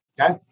Okay